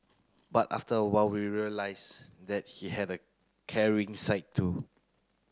but after a while we realised that he had a caring side too